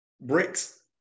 bricks